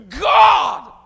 God